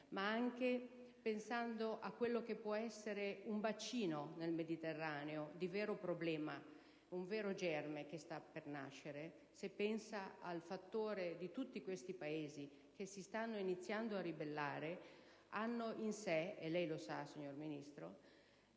anche pensare a quello che può essere il bacino di un vero problema nel Mediterraneo, un vero germe che sta per nascere. Se pensa al fattore di tutti questi Paesi che stanno iniziando a ribellarsi, essi hanno in sé, e lei lo sa, signor Ministro,